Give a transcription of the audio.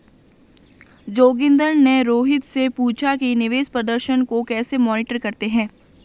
जोगिंदर ने रोहित से पूछा कि निवेश प्रदर्शन को कैसे मॉनिटर करते हैं?